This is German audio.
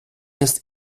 ist